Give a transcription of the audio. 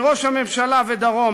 מראש הממשלה ודרומה,